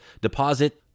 deposit